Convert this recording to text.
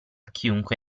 chiunque